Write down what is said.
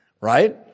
right